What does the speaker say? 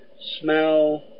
smell